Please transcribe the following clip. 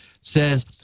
says